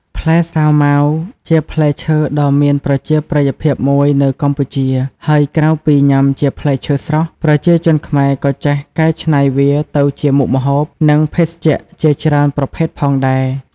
ផ្លែសាវម៉ាវ ជាផ្លែឈើដ៏មានប្រជាប្រិយភាពមួយនៅកម្ពុជា ហើយក្រៅពីញ៉ាំជាផ្លែឈើស្រស់ ប្រជាជនខ្មែរក៏ចេះកែច្នៃវាទៅជាមុខម្ហូប និងភេសជ្ជៈជាច្រើនប្រភេទផងដែរ។